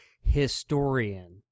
historian